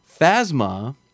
Phasma